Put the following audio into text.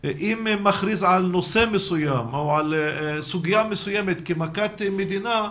אם הוא מכריז על נושא מסוים או על סוגיה מסוימת כמכת מדינה,